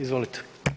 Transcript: Izvolite.